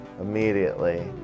immediately